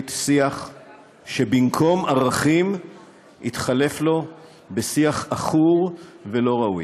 שיח שבמקום ערכים התחלף בשיח עכור ולא ראוי.